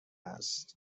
است